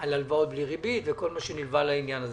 על הלוואות בלי ריבית וכל מה שנלווה לעניין הזה,